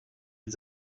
les